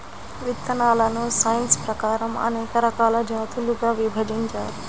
విత్తనాలను సైన్స్ ప్రకారం అనేక రకాల జాతులుగా విభజించారు